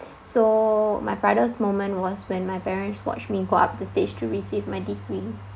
so my proudest moment was when my parents watch me go up the stage to receive my degree